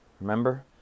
remember